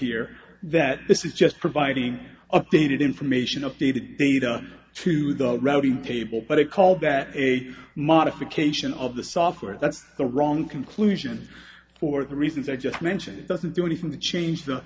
here that this is just providing updated information updated data to the routing table but i call that a modification of the software that's the wrong conclusion for the reasons i just mentioned it doesn't do anything to change the